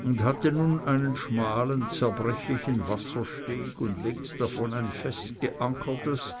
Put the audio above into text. und hatte nun einen schmalen zerbrechlichen wassersteg und links davon ein festgeankertes